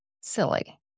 silly